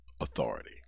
authority